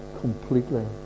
completely